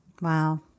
Wow